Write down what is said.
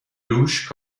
دوش